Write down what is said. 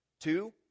Two